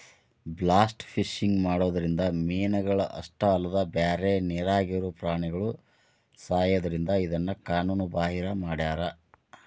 blast fishing ಮಾಡೋದ್ರಿಂದ ಮೇನಗಳ ಅಷ್ಟ ಅಲ್ಲದ ಬ್ಯಾರೆ ನೇರಾಗಿರೋ ಪ್ರಾಣಿಗಳು ಸಾಯೋದ್ರಿಂದ ಇದನ್ನ ಕಾನೂನು ಬಾಹಿರ ಮಾಡ್ಯಾರ